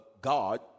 God